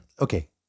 okay